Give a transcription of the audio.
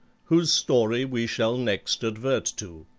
whose story we shall next advert to.